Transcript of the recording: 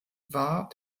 war